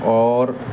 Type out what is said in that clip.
اور